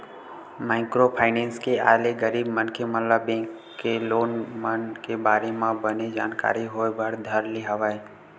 micro finance के आय ले गरीब मनखे मन ल बेंक के लोन मन के बारे म बने जानकारी होय बर धर ले हवय